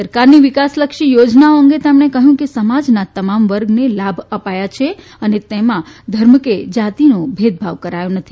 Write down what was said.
સરકારની વિકાસલક્ષી યોજનાઓ અંગે તેમણે કહ્યું કે સમાજના તમામ વર્ગને લાભ અપાયા છે અને તેમાં ધર્મ કે જાતીનો ભેદભાવ નથી